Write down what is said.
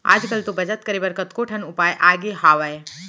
आज कल तो बचत करे बर कतको ठन उपाय आगे हावय